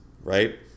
right